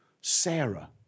Sarah